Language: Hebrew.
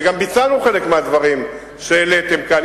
וגם ביצענו חלק מהדברים שהעליתם כאן,